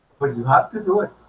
but you have to do it